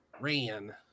Ran